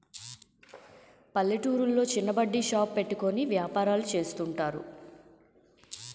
పల్లెటూర్లో చిన్న బడ్డీ షాప్ పెట్టుకుని వ్యాపారాలు చేస్తుంటారు